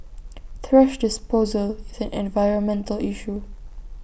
thrash disposal is an environmental issue